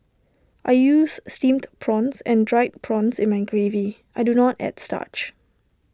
I use Steamed prawns and Dried prawns in my gravy I do not add starch